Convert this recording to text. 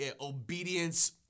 obedience